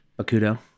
Bakudo